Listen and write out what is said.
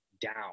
down